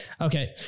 Okay